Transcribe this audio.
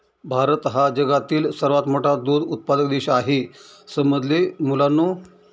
भारत हा जगातील सर्वात मोठा दूध उत्पादक देश आहे समजले मुलांनो